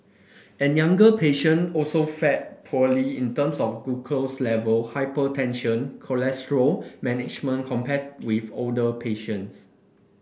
and younger patient also fared poorly in terms of glucose level hypertension cholesterol management compared with older patients